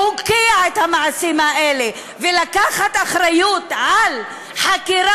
להוקיע את המעשים האלה ולקחת אחריות לחקירה